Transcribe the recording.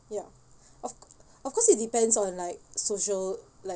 ya of of course it depends on like social like